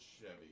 Chevy